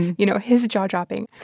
you know, his jaw dropping.